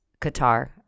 Qatar